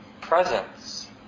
presence